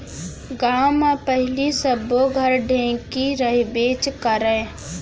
गॉंव म पहिली सब्बो घर ढेंकी रहिबेच करय